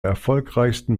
erfolgreichsten